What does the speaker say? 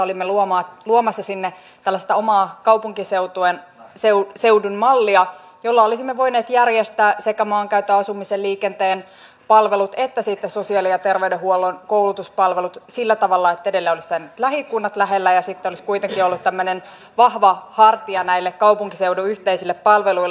olimme luomassa sinne tällaista omaa kaupunkiseudun mallia jolla olisimme voineet järjestää sekä maankäytön asumisen ja liikenteen palvelut että sitten sosiaali ja terveydenhuollon ja koulutuspalvelut sillä tavalla että edelleen olisivat olleet lähikunnat lähellä ja sitten olisi kuitenkin ollut tällainen vahva hartia näille kaupunkiseudun yhteisille palveluille